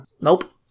Nope